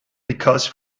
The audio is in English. because